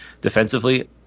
defensively